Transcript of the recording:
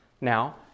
Now